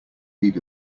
lead